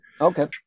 Okay